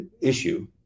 issue